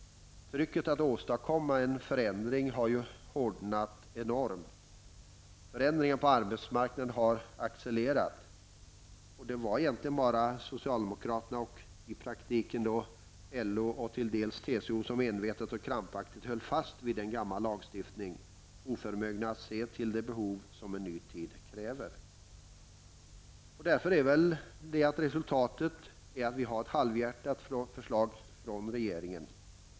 Trycket att åstadkomma en förändring har ju hårdnat enormt. Förändringarna på arbetsmarknaden har accelererat. Det var egentligen bara socialdemokraterna, LO och till en del TCO som envetet och krampaktigt höll fast vid en gammal lagstiftning, oförmögna att se de behov som en ny tid kräver. Därför är resultatet att vi har ett halvhjärtat förslag från regeringen.